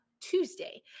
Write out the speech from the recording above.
Tuesday